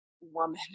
woman